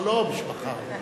לא לא, משפחה.